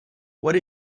what